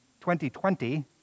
2020